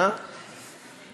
אהלן